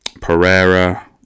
Pereira